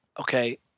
okay